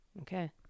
Okay